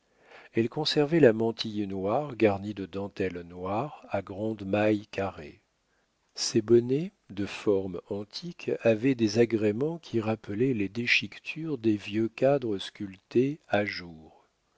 elle conservait la mantille noire garnie de dentelles noires à grandes mailles carrées ses bonnets de forme antique avaient des agréments qui rappelaient les déchiquetures des vieux cadres sculptés à jour